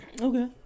Okay